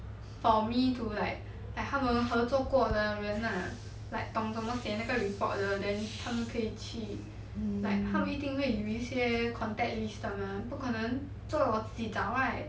for me to like like 他们合作过的人 lah like 懂怎么写那个 report 的人 then 他们可以去 like 他们一定会有一些 contact list 的 mah 不可能做了我自己找 right